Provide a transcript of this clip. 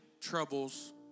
troubles